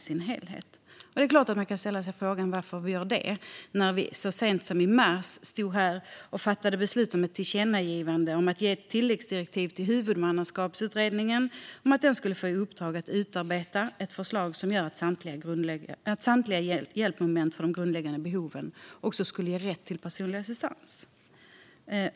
Det är klart att man kan ställa sig frågan varför vi gör detta när det så sent som i mars fattades beslut här i kammaren om ett tillkännagivande om ett tilläggsdirektiv till Huvudmannaskapsutredningen, som skulle få i uppdrag att utarbeta ett förslag som gör att samtliga hjälpmoment för grundläggande behov ska ge rätt till personlig assistans.